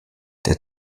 der